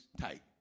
tight